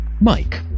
Mike